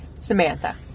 Samantha